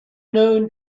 known